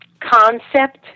concept